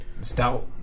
Stout